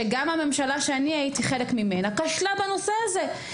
שגם הממשלה שהייתי חלק ממנה כשלה בנושא הזה.